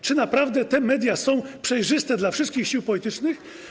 Czy naprawdę te media są przejrzyste dla wszystkich sił politycznych?